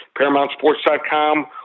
ParamountSports.com